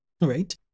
right